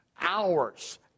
hours